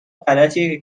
غلطیه